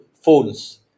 phones